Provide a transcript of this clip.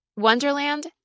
Wonderland